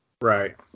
Right